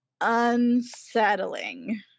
unsettling